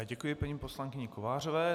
Děkuji paní poslankyni Kovářové.